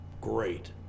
Great